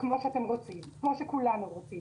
כמו שאתם כולנו רוצים.